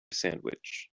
sandwich